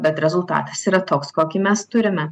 bet rezultatas yra toks kokį mes turime